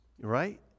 Right